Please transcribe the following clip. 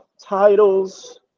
titles